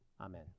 Amen